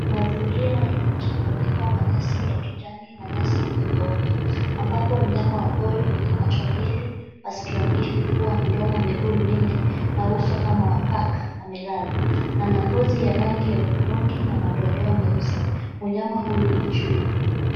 Mazingira yenye mchanganyiko wa nyasi ya rangi ya kijani na nyasi iliyokauka, ambapo mnyama pori mwenye macho mbili, maskio mbili, pua mdomo na miguu minne na uso kama wa paka amelala ,ana rangi ya hudhurungi namadoadoa meusi amelala mnyama huyu ni chui.